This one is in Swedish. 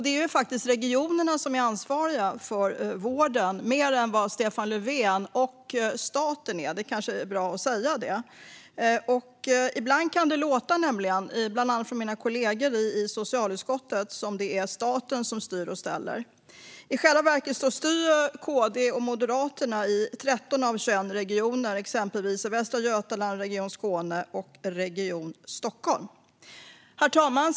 Det är ju faktiskt regionerna som är ansvariga för vården mer än vad Stefan Löfven och staten är. Det kanske är bra att säga det, för ibland kan det nämligen låta, bland annat från mina kollegor i socialutskottet, som att det är staten som styr och ställer. I själva verket styr Kristdemokraterna och Moderaterna i 13 av 21 regioner, exempelvis i region Västra Götaland, Region Skåne och Region Stockholm. Herr talman!